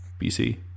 BC